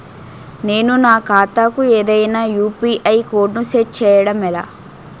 నేను నా ఖాతా కు ఏదైనా యు.పి.ఐ కోడ్ ను సెట్ చేయడం ఎలా?